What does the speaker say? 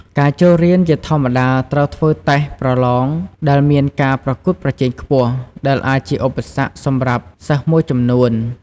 ការចូលរៀនជាធម្មតាត្រូវធ្វើតេស្តប្រឡងដែលមានការប្រកួតប្រជែងខ្ពស់ ដែលអាចជាឧបសគ្គសម្រាប់សិស្សមួយចំនួន។